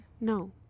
No